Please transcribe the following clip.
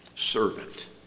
servant